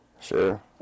Sure